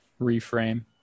reframe